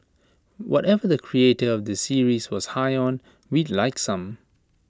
whatever the creator of this series was high on we'd like some